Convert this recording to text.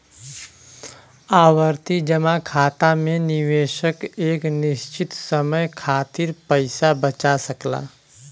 आवर्ती जमा खाता में निवेशक एक निश्चित समय खातिर पइसा बचा सकला